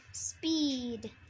speed